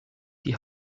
die